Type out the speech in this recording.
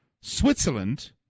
Switzerland